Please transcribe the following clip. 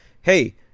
hey